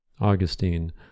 Augustine